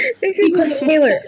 Taylor